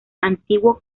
antiguo